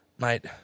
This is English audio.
Mate